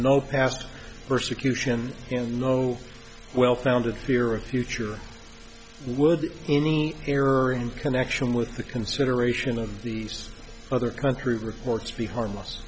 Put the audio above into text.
no past persecution no well founded fear of future would any error in connection with the consideration of these other country reports be harmless